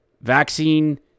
vaccine